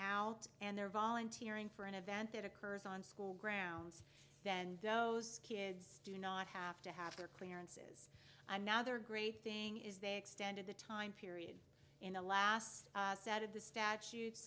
out and they're volunteering for an event that occurs on school grounds then those kids do not have to have their clearance another great thing is they extended the time period in the last set of the statutes